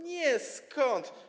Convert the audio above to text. Nie, skąd.